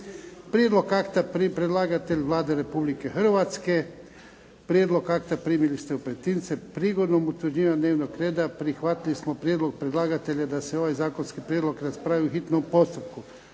Predlagatelj akta je Vlada Republike Hrvatske. Prijedlog akta primili ste u pretince. Prigodom utvrđivanja dnevnog reda prihvatili smo prijedlog predlagatelja da se ovaj zakonski prijedlog raspravi u hitnom postupku.